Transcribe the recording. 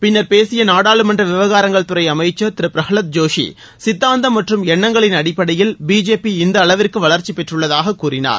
பின்னர் பேசிய நாடாளுமன்ற விவகாரங்கள்துறை அமைச்சர் திரு பிரகலாத் ஜோஷி சித்தாந்தம் மற்றும் எண்ணங்களின் அடிப்படையில் பிஜேபி இந்த அளவிற்கு வளர்ச்சி பெற்றுள்ளதாகக் கூறினார்